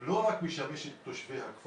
הוא לא משמש רק את תושבי הכפר,